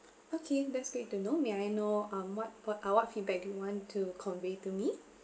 okay that's great to know may I know um what what uh what feedback do you want to convey to me